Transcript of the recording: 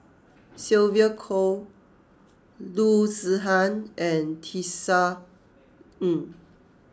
Sylvia Kho Loo Zihan and Tisa Ng